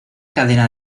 cadena